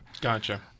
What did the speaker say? Gotcha